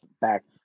back